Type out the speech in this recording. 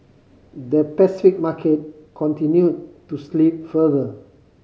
the Pacific market continued to slip further